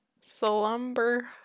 Slumber